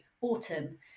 autumn